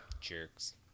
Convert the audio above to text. Jerks